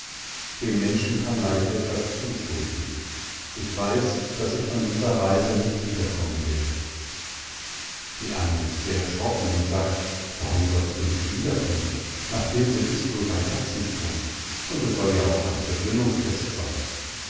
dem menschen kann leicht etwas zustoßen ich weiß daß ich von dieser reise nicht wiederkommen werde die ane ist sehr erschrocken und sagt warum sollst du nicht wiederkommen nach tilsit ist bloß ein katzensprung und es soll ja auch ein versöhnungsfest sein